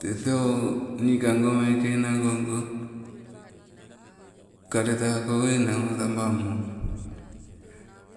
Tee, te oh niikango meke enango ogoo, kaletako enang oh tabamo